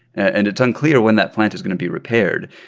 and it's unclear when that plant is going to be repaired.